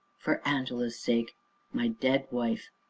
for angela's sake my dead wife,